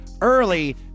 early